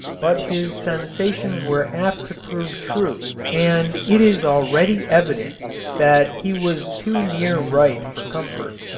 but his sensations were apt to prove true and it is already evident that he was too near right for comfort.